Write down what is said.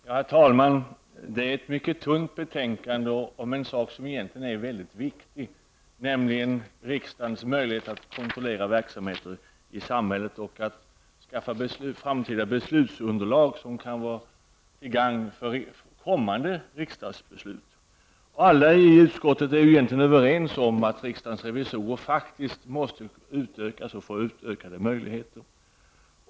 Herr talman! Vi behandlar nu ett mycket tunt betänkande om en sak som egentligen är mycket viktig, nämligen riksdagens möjlighet att kontrollera verksamheter i samhället och att skaffa framtida beslutsunderlag, som kan vara till gagn för kommande riksdagsbeslut. Alla i utskottet är egentligen överens om att riksdagens revisorer faktiskt måste utökas och få utvidgade möjligheter.